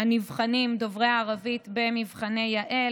הנבחנים דוברי הערבית במבחני יע"ל.